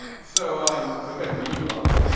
so um so, ben, were you wrong?